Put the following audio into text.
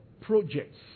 projects